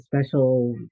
special